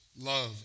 love